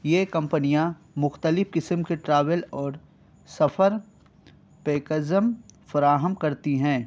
یہ کمپنیاں مختلف قسم کے ٹراول اور سفر پیکزم فراہم کرتی ہیں